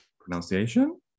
Pronunciation